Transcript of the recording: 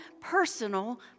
personal